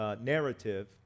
narrative